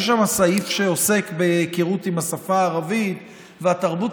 יש שם סעיף שעוסק בהיכרות עם השפה הערבית והתרבות